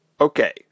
Okay